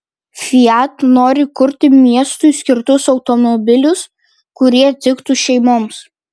fiat nori kurti miestui skirtus automobilius kurie tiktų šeimoms